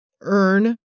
earn